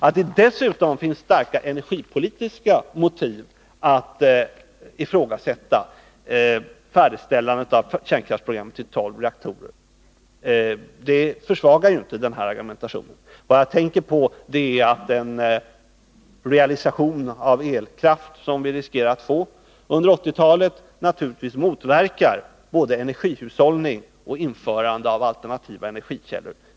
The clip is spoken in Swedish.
Att det dessutom finns starka energipolitiska motiv att ifrågasätta färdigställandet av kärnkraftsprogrammet, så att det blir tolv reaktorer, försvagar ju inte denna argumentation. Vad jag tänker på är att den realisation av elkraft som vi riskerar att få under 1980-talet naturligtvis motverkar både energihushållning och införande av alternativa energikällor.